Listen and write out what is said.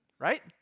Right